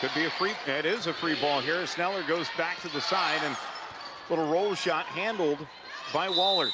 could be a free it is a free ball sneller goes back to the side and but roll shot handled by wahlert